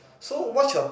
so what's your